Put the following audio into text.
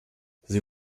sie